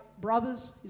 brothers